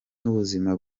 n’ubuzima